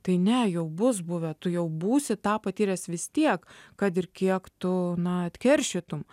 tai ne jau bus buvę tu jau būsi tą patyręs vis tiek kad ir kiek tu na atkeršytum